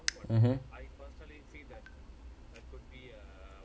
mmhmm